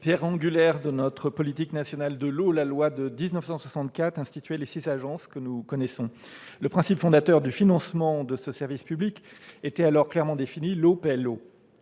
Pierre angulaire de notre politique nationale de l'eau, la loi de 1964 a institué les six agences que nous connaissons. Le principe fondateur du financement de ce service public était alors clairement défini : l'eau paye l'eau.